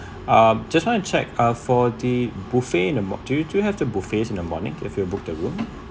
um just want to check uh for the buffet in the mor~ do you do have the buffets in the morning if you book the room